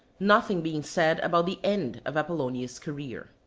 nothing being said about the end of apollonius' career.